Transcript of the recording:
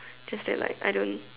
just that like I don't